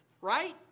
Right